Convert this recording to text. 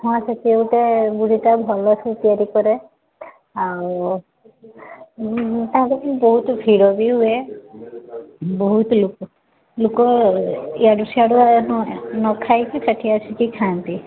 ହଁ ସେ କିଏ ଗୋଟେ ବୁଢ଼ୀଟେ ଭଲସେ ତିଆରି କରେ ଆଉ ତା' ପାଖେ ବହୁତ ଭିଡ଼ ବି ହୁଏ ବହୁତ ଲୋକ ଲୋକ ଇଆଡ଼ୁ ସିଆଡ଼ୁ ନଖାଇକି ସେଠି ଆସିକି ଖାଆନ୍ତି